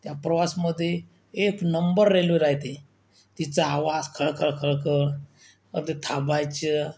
त्या प्रवासमधे एक नंबर रेल्वे रहाते तिचा आवाज खळखळ खळखळ मग ते थांबायचं